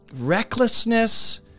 recklessness